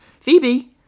Phoebe